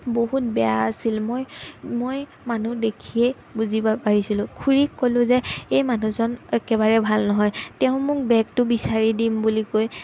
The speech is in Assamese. বহুত বেয়া আছিল মই মই মানুহ দেখিয়ে বুজিব পাৰিছিলোঁ খুৰীক ক'লোঁ যে এই মানুহজন একেবাৰে ভাল নহয় তেওঁ মোক বেগটো বিচাৰি দিম বুলি কৈ